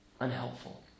unhelpful